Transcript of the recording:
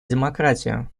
демократию